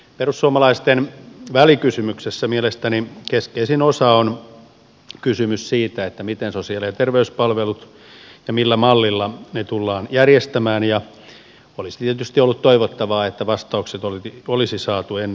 perussuomalaisten välikysymyksessä mielestäni keskeisin osa on kysymys siitä miten ja millä mallilla sosiaali ja terveyspalvelut tullaan järjestämään ja olisi tietysti ollut toivottavaa että vastaukset olisi saatu ennen kuntavaaleja